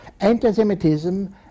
Antisemitism